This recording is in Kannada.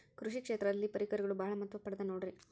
ಕೃಷಿ ಕ್ಷೇತ್ರದಲ್ಲಿ ಪರಿಕರಗಳು ಬಹಳ ಮಹತ್ವ ಪಡೆದ ನೋಡ್ರಿ?